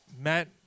Matt